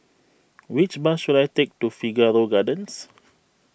which bus should I take to Figaro Gardens